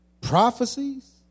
Prophecies